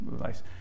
nice